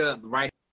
right